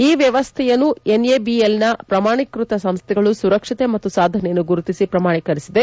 ಈ ವ್ಯವಸ್ಥೆಯನ್ನು ಎನ್ಎಬಿಎಲ್ ನ ಪ್ರಮಾಣೀಕೃತ ಸಂಸ್ಥೆಗಳು ಸುರಕ್ಷತೆ ಮತ್ತು ಸಾಧನೆಯನ್ನು ಗುರುತಿಸಿ ಪ್ರಮಾಣೀಕರಿಸಿದೆ